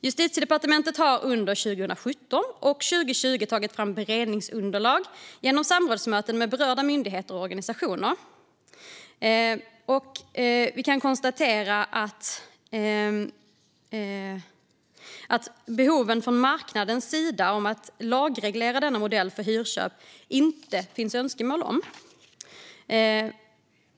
Justitiedepartementet har under 2017 och 2020 tagit fram beredningsunderlag genom samrådsmöten med berörda myndigheter och organisationer, och vi kan konstatera att det inte finns önskemål från marknadens sida om att lagreglera denna modell för hyrköp.